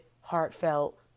heartfelt